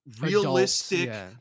realistic